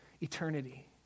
eternity